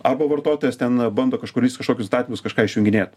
arba vartotojas ten bando kažkuris kažkokius statymus kažką išjunginėt